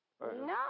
No